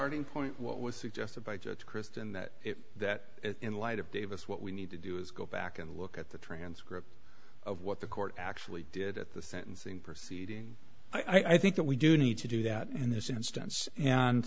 fourteen point what was suggested by just crist and that is that in light of davis what we need to do is go back and look at the transcript of what the court actually did at the sentencing proceeding i think that we do need to do that in this instance and